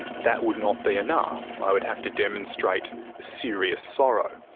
that would not be enough, i would have to demonstrate serious sorrow.